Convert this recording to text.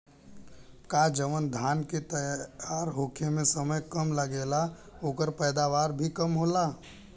का जवन धान के तैयार होखे में समय कम लागेला ओकर पैदवार भी कम होला?